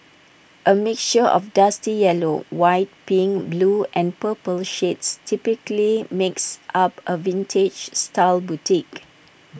A mixture of dusty yellow white pink blue and purple shades typically makes up A vintage style bouquet